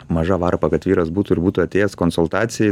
maža varpa kad vyras būtų ir būtų atėjęs konsultacijai